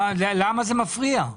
למה זה מפריע?